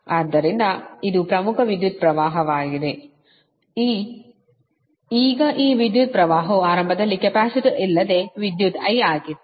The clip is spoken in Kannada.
ಆದ್ದರಿಂದ ಇದು ಪ್ರಮುಖ ವಿದ್ಯುತ್ ಪ್ರವಾಹವಾಗಿದೆ ಈಗ ಈ ವಿದ್ಯುತ್ ಪ್ರವಾಹವು ಆರಂಭದಲ್ಲಿ ಕೆಪಾಸಿಟರ್ ಇಲ್ಲದೆ ಈ ವಿದ್ಯುತ್ I ಆಗಿತ್ತು